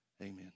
Amen